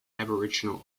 aboriginal